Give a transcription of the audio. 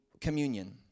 communion